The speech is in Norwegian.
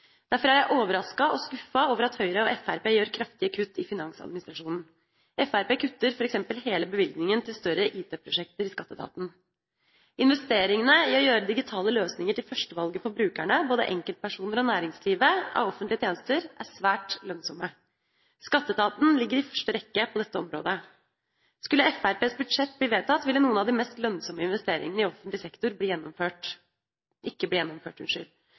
Derfor er jeg overrasket og skuffet over at Høyre og Fremskrittspartiet gjør kraftige kutt i finansadministrasjonen. Fremskrittspartiet kutter f.eks. hele bevilgningen til større IT-prosjekter i skatteetaten. Investeringene for å gjøre digitale løsninger til førstevalget for brukerne av offentlige tjenester – både enkeltpersoner og næringsliv – er svært lønnsomme. Skatteetaten ligger i første rekke på dette området. Skulle Fremskrittspartiets budsjett bli vedtatt, ville noen av de mest lønnsomme investeringene i offentlig sektor ikke bli gjennomført. Det er spesiell politikk for et parti som ellers ikke